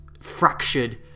fractured